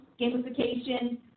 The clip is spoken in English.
gamification